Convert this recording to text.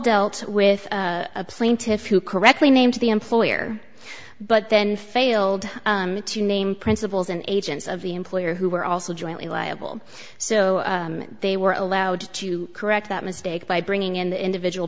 dealt with a plaintiff who correctly named to the employer but then failed to name principals and agents of the employer who were also jointly liable so they were allowed to correct that mistake by bringing in the individual